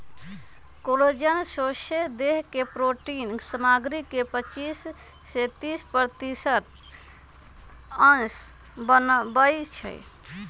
collagen सौसे देह के प्रोटिन सामग्री के पचिस से तीस प्रतिशत अंश बनबइ छइ